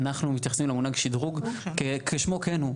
אנחנו מתייחסים למונח שדרוג כשמו כן הוא,